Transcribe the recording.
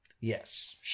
Yes